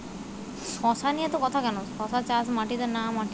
শশা চাষ মাটিতে না মাটির ভুরাতুলে ভেরাতে ভালো হয়?